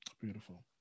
Beautiful